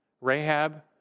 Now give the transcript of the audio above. Rahab